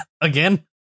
Again